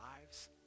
lives